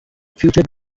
future